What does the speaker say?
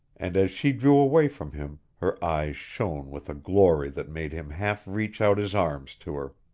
and as she drew away from him her eyes shone with a glory that made him half reach out his arms to her.